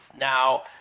Now